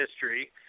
history